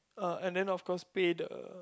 uh and then of course pay the